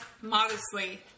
modestly